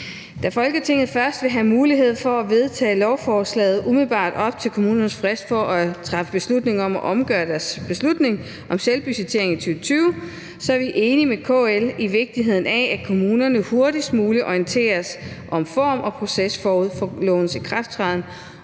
Da Folketinget først vil have mulighed for at vedtage lovforslaget umiddelbart op til kommunernes frist for at træffe beslutning om at omgøre deres beslutning om selvbudgettering i 2020, så er vi enige med KL om vigtigheden af, at kommunerne hurtigst muligt orienteres om form og proces forud for lovens ikrafttræden.